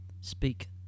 speak